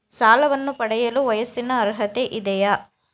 ಸಾಲವನ್ನು ಪಡೆಯಲು ವಯಸ್ಸಿನ ಅರ್ಹತೆ ಇದೆಯಾ?